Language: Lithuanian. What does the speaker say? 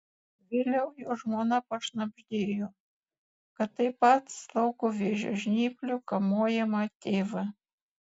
vėliau jo žmona pašnabždėjo kad taip pat slaugo vėžio žnyplių kamuojamą tėvą